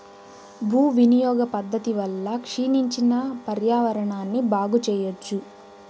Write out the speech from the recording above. భూ వినియోగ పద్ధతి వల్ల క్షీణించిన పర్యావరణాన్ని బాగు చెయ్యచ్చు